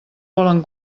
volen